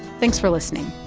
thanks for listening